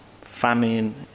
famine